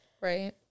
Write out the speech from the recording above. Right